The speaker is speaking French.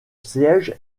siège